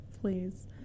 please